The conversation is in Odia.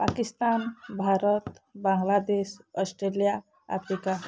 Pakistan Bharat Bangladesh Australia Africa